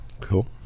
Cool